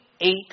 eight